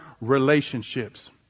relationships